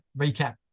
recap